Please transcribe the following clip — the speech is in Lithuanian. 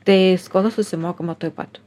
tai skola susimokama tuoj pat